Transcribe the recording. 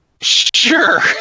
Sure